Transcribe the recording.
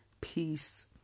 peace